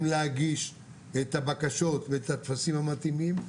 להגיש את הבקשות ואת הטפסים המתאימים,